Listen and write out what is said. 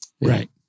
Right